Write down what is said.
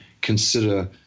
consider